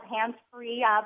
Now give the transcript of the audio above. hands-free